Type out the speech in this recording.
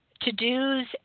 to-dos